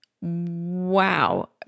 wow